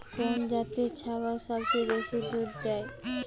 কোন জাতের ছাগল সবচেয়ে বেশি দুধ দেয়?